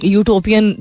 utopian